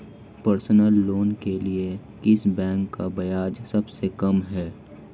Personal loan के लिए किस बैंक का ब्याज सबसे कम है?